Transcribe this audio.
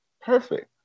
perfect